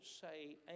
say